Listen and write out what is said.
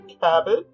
cabbage